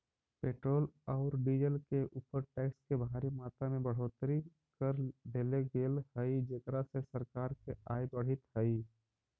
petrol औउर diesel के ऊपर टैक्स के भारी मात्रा में बढ़ोतरी कर देले गेल हई जेकरा से सरकार के आय बढ़ीतऽ हई